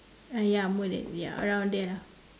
ah ya more than ya around there lah